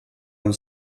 amb